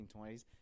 1920s